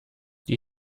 die